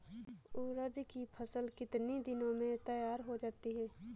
उड़द की फसल कितनी दिनों में तैयार हो जाती है?